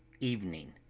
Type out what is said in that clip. evening.